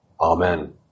Amen